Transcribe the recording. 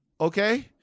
okay